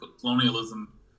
colonialism